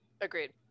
Agreed